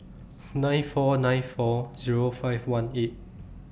nine four nine four Zero five one eight